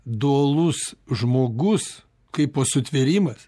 dualus žmogus kaipo sutvėrimas